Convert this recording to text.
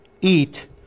eat